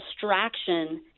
distraction